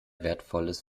wertvolles